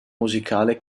musicale